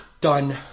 done